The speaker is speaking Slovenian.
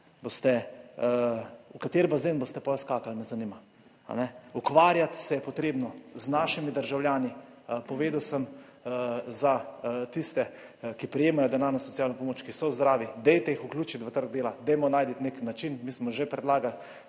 v kateri bazen boste potem skakali, me zanima, a ne? Ukvarjati se je potrebno z našimi državljani. Povedal sem za tiste, ki prejemajo denarno socialno pomoč, ki so zdravi, dajte jih vključiti v trg dela, dajmo najti nek način. Mi smo že predlagali,